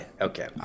Okay